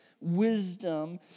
wisdom